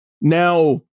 Now